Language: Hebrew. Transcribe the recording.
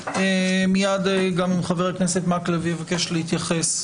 מייד גם חבר הכנסת מקלב יבקש להתייחס,